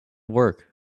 work